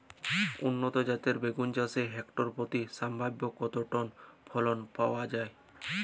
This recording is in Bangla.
উন্নত জাতের বেগুন চাষে হেক্টর প্রতি সম্ভাব্য কত টন ফলন পাওয়া যায়?